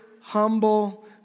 humble